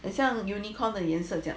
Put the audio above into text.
很像 unicorn 的颜色这样